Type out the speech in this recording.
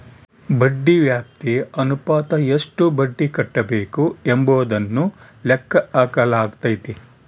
ಬಡ್ಡಿ ವ್ಯಾಪ್ತಿ ಅನುಪಾತ ಎಷ್ಟು ಬಡ್ಡಿ ಕಟ್ಟಬೇಕು ಎಂಬುದನ್ನು ಲೆಕ್ಕ ಹಾಕಲಾಗೈತಿ